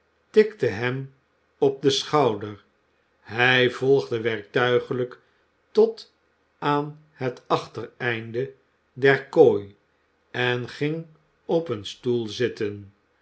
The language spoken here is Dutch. tikte hem op den schouder hij volgde werktuigelijk tot aan het achtereinde der kooi en ging op een stoel zitten